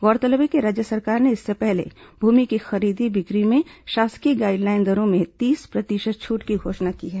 गौरतलब है कि राज्य सरकार ने इससे पहले भूमि की खरीदी बिक्री में शासकीय गाइडलाइन दरों में तीस प्रतिशत छूट की घोषणा की है